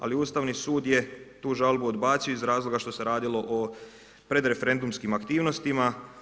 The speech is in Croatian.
Ali Ustavni sud je tu žalbu odbacio iz razloga što se radilo o predreferendumskim aktivnostima.